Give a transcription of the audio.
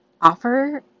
offer